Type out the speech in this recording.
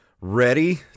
ready